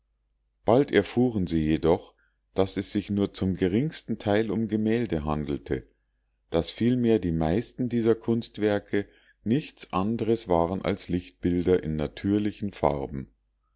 bald erfuhren sie jedoch daß es sich nur zum geringsten teil um gemälde handelte daß vielmehr die meisten dieser kunstwerke nichts andres waren als lichtbilder in natürlichen farben